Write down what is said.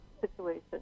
situation